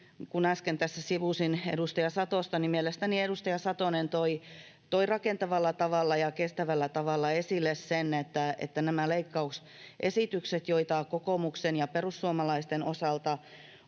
Kun äsken tässä sivusin edustaja Satosta, niin mielestäni edustaja Satonen toi rakentavalla tavalla ja kestävällä tavalla esille näiden leikkausesitysten epärealistisuuden, joita kokoomuksen ja perussuomalaisten osalta